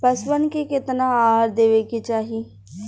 पशुअन के केतना आहार देवे के चाही?